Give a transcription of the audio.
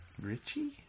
Richie